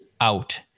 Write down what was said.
out